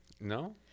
No